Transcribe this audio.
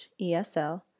ESL